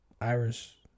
Irish